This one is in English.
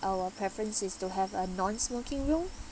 our preference is to have a non-smoking room